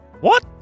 What